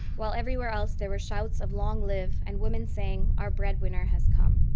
while everywhere else there were shouts of long live and women saying our bread winner has come